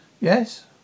Yes